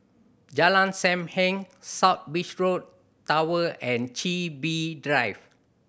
Jalan Sam Heng South Beaches Road Tower and Chin Bee Drive